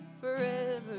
forever